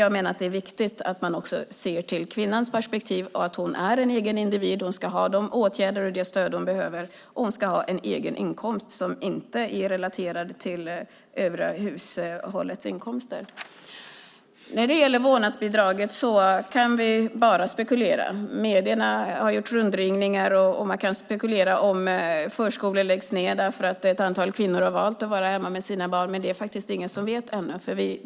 Jag menar att det är viktigt att man också ser till kvinnans perspektiv. Hon är en egen individ. Hon ska ha de åtgärder och det stöd hon behöver, och hon ska ha en egen inkomst som inte är relaterad till övriga hushållets inkomster. När det gäller vårdnadsbidraget kan vi bara spekulera. Medierna har gjort rundringningar. Man kan spekulera om förskolor läggs ned för att ett antal kvinnor har valt att vara hemma med sina barn, men det är det faktiskt ingen som vet.